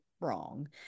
wrong